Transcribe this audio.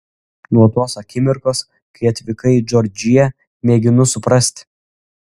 nuo tos akimirkos kai atvykai į džordžiją mėginu suprasti